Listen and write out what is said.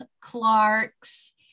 clarks